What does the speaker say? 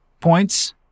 points